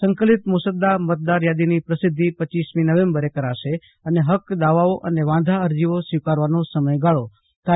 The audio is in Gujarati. સંકલિત મુસદા મતદાર યાદીની પ્રસિધ્ધિ રૂપ નવેમ્બરે કરાશે અને હકક દાવાઓ અને વાંધા અરજીઓ સ્વીકારવાનો સમયગાળો તા